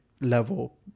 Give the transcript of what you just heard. level